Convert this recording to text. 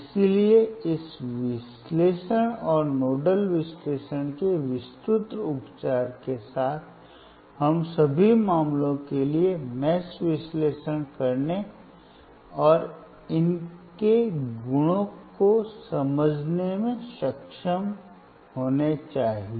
इसलिए इस विश्लेषण और नोडल विश्लेषण के विस्तृत उपचार के साथ हम सभी मामलों के लिए मेष विश्लेषण करने और इसके गुणों को समझने में सक्षम होना चाहिए